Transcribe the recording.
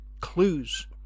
clues